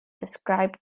described